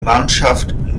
mannschaft